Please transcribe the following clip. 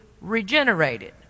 regenerated